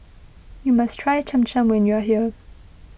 you must try Cham Cham when you are here